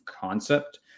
concept